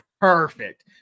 perfect